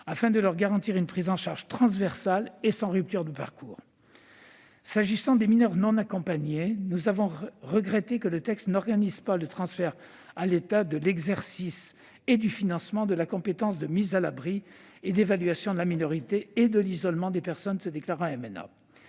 afin de leur garantir une prise en charge transversale et sans rupture de parcours. En ce qui concerne les mineurs non accompagnés (MNA), nous avons regretté que le texte n'organise pas le transfert à l'État de l'exercice et du financement de la compétence de mise à l'abri, d'évaluation de la minorité et d'isolement des personnes se déclarant MNA.